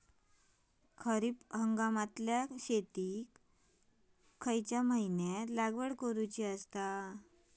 खरीप हंगामातल्या शेतीक कोणत्या महिन्यात लागवड करूची?